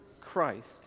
Christ